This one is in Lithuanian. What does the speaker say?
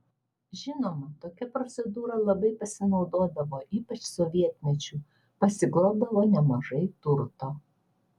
žinoma tokia procedūra labai pasinaudodavo ypač sovietmečiu pasigrobdavo nemažai turto